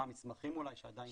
מה המסמכים אולי שעדיין צריך.